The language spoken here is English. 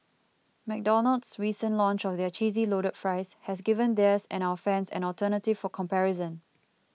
McDonald's recent launch of their cheesy loaded fries has given theirs and our fans an alternative for comparison